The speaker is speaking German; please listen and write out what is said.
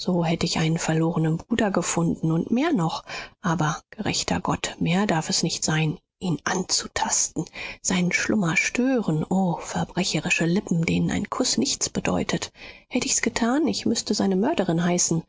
so hätt ich einen verlorenen bruder gefunden und mehr noch aber gerechter gott mehr darf es nicht sein ihn anzutasten seinen schlummer stören o verbrecherische lippen denen ein kuß nichts bedeutet hätt ich's getan ich müßte seine mörderin heißen